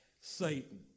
Satan